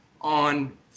on